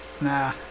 Nah